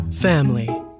Family